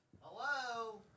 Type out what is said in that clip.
Hello